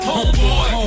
homeboy